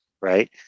right